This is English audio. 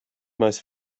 most